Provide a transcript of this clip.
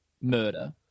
murder